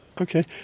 Okay